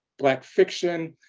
black fiction,